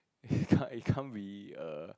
it can't it can't be err